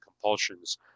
compulsions